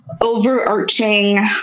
overarching